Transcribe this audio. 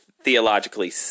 theologically